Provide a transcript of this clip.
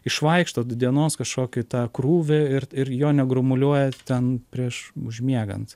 išvaikšto dienos kažkokį tą krūvį ir ir jo negromuliuoja ten prieš užmiegant